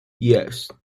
yes